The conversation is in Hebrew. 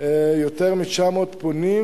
יותר מ-900 פונים,